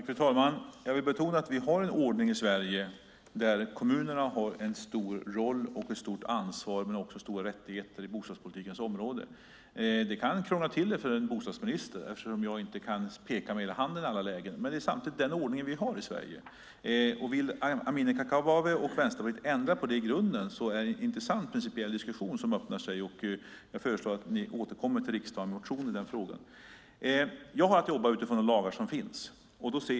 Fru talman! Jag vill betona att vi har en ordning i Sverige där kommunerna har en stor roll, ett stort ansvar men också stora rättigheter på bostadspolitikens område. Det kan krångla till det för en bostadsminister, eftersom jag inte kan peka med hela handen i alla lägen. Men det är samtidigt den ordning vi har i Sverige. Vill Amineh Kakabaveh och Vänsterpartiet ändra på det öppnar sig en intressant principiell diskussion. Jag föreslår att ni återkommer till riksdagen med motioner i den frågan. Jag har att jobba utifrån de lagar som finns.